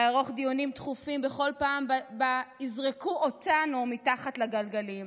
אערוך דיונים דחופים בכל פעם שבה יזרקו אותנו מתחת לגלגלים.